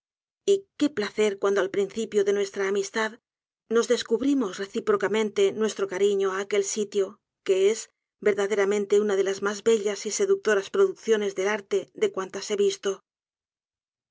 qué placer cuando al principio de nuestra amistad nos descubrimos recípro camente nuestro cariño á aquel sitio que es verdaderamente una de las mas bellas y seductoras producciones del arte de cuantas he visto